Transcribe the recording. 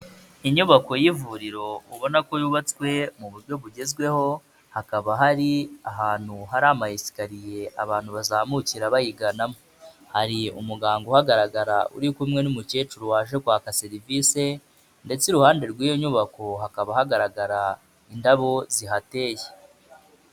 Inyubako y'ivuriro ubona ko yubatswe mu buryo bugezweho, hakaba hari ahantu hari ama esikariye abantu bazamukira bayiganamo. Hari umuganga uhagaragara uri kumwe n'umukecuru waje kwaka serivise ndetse iruhande rw'iyo nyubako, hakaba hagaragara indabo zihateye.